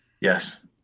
Yes